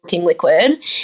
liquid